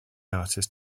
artist